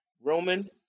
Roman